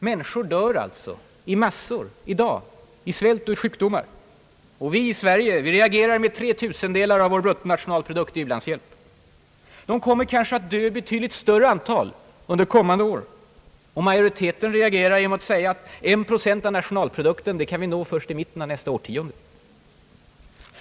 Människor dör i massor i dag i svält och sjukdomar — och vi i Sverige reagerar med tre tusendelar av vår bruttonationalprodukt i u-landshjälp. Människor kommer kanske att dö i betydligt större antal under kommande år — och majoriteten reagerar med att säga att en procent av nationalprodukten kan vi nå först i mitten av nästa årtionde.